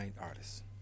artists